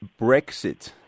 Brexit